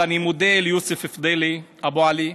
אני מודה ליוסף פדאלי אבו עלי,